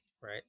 right